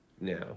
now